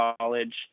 College